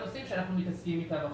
ונושאים שאנחנו צריכים לתקן אותם.